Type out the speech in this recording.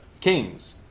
kings